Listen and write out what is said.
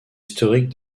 historique